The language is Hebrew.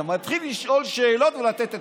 אתה מתחיל לשאול שאלות ולתת עצות.